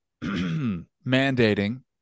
mandating